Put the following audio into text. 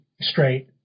straight